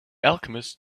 alchemist